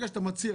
ברגע שאתה מצהיר,